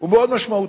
ומאוד משמעותיים.